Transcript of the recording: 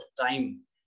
time